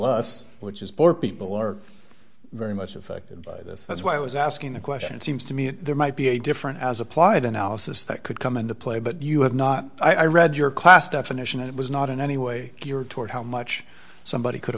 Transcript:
us which is poor people are very much affected by this that's why i was asking the question it seems to me there might be a different as applied analysis that could come into play but you have not i read your class definition it was not in any way geared toward how much somebody could